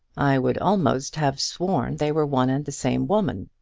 i would almost have sworn they were one and the same woman,